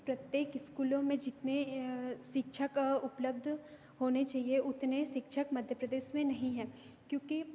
प्रत्येक स्कूलों में जितने शिक्षक उपलब्ध होने चाहिए उतने शिक्षक मध्य प्रदेश में नहीं है क्योंकि